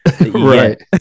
Right